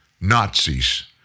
Nazis